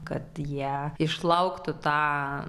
kad jie išlauktų tą